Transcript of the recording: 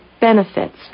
benefits